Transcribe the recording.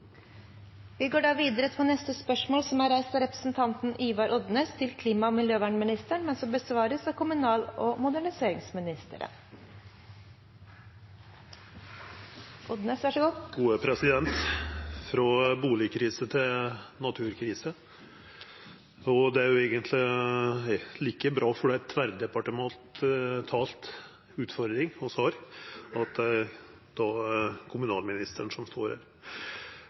representanten Ivar Odnes til klima- og miljøministeren, vil bli besvart av kommunal- og moderniseringsministeren på vegne av klima- og miljøministeren, som er bortreist. Frå bustadkrise til naturkrise. Og det er eigentleg like bra – for det er ei tverrdepartemental utfordring vi har – at det er kommunalministeren som står her: